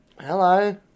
Hello